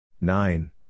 nine